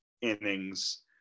innings